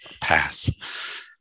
pass